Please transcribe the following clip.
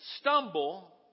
stumble